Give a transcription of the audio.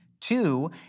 two